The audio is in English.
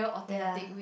ya